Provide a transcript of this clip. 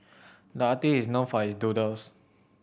the artist is known for his doodles